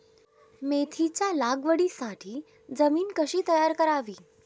मेथीच्या लागवडीसाठी जमीन कशी तयार करावी?